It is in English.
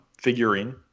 figurine